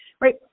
right